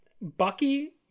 Bucky